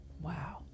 Wow